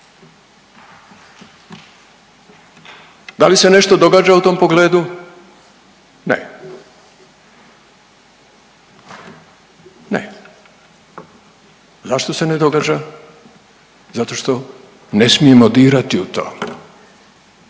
Da li se nešto događa u tom pogledu? Ne. Ne. Zašto se ne događa? Zato što ne smijemo dirati u to,